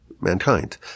mankind